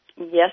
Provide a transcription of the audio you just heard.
Yes